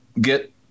get